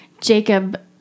Jacob